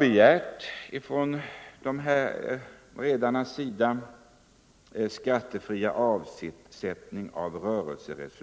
Redarna har exempelvis begärt skattefri avsättning av rörelsevinst